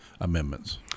amendments